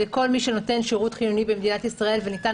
וכל מי שנותן שירות חיוני במדינת ישראל וניתן